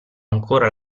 ancora